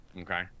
Okay